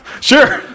Sure